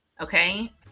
okay